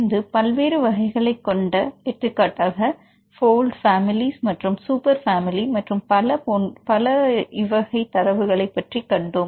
பின்பு பல்வேறு வகைகளை கொண்ட எடுத்துக்காட்டாக போல்ட் பேமிலி மற்றும் சூப்பர் பேமிலி மற்றும் பல போன்ற தரவுகளை பற்றி கண்டோம்